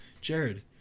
Jared